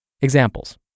Examples